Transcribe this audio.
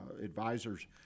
advisors